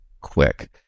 quick